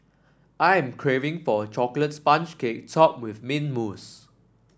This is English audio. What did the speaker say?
I am craving for a chocolate sponge cake topped with mint mousse